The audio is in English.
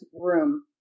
room